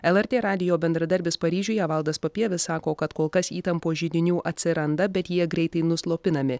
lrt radijo bendradarbis paryžiuje valdas papievis sako kad kol kas įtampos židinių atsiranda bet jie greitai nuslopinami